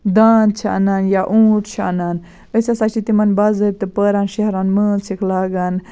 دانٛد چھِ اَنان یا اوٗنٹ چھِ اَنان أسۍ ہسا چھِ تِمَن باضٲطہٕ پٲران شیٚہران مٲنٛز چھِکھ لاگان